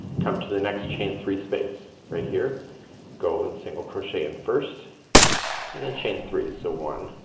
come to the next chain three space right here go and single crochet in first and then chain three. so one,